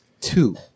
two